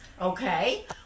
Okay